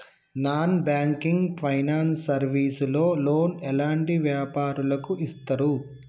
Non banking finance service లో loan ఎలాంటి వ్యాపారులకు ఇస్తరు?